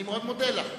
אני מאוד מודה לך.